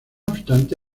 obstante